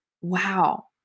Wow